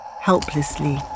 helplessly